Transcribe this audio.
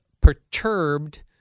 perturbed